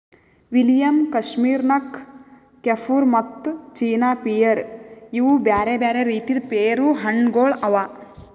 William, Kashmir ನಕ್, ಕೆಫುರ್ ಮತ್ತ ಚೀನಾ ಪಿಯರ್ ಇವು ಬ್ಯಾರೆ ಬ್ಯಾರೆ ರೀತಿದ್ ಪೇರು ಹಣ್ಣ ಗೊಳ್ ಅವಾ